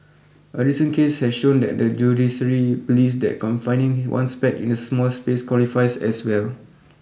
a recent case has shown that the judiciary believes that confining one's pet in a small space qualifies as well